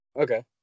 Okay